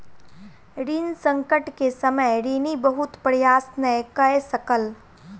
ऋण संकट के समय ऋणी बहुत प्रयास नै कय सकल